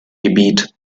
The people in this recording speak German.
gebiet